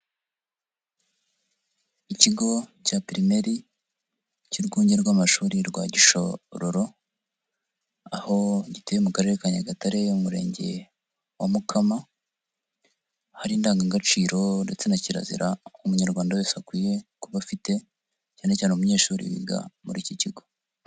Iikigo cya pirimeri cy'urwunge rw'amashuri rwa Gishororo, aho gituye mu karere ka Nyagatare, Umurenge wa Mukama, hari indangagaciro ndetse na kirazira umunyarwanda wese akwiye kuba afite cyane cyane umunyeshuri wiga muri iki kigo.